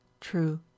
True